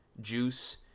Juice